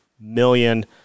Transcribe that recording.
million